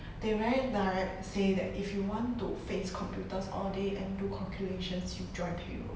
they very direct say that if you want to face computers all day and do calculations you join payroll